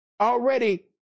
already